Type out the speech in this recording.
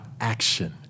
action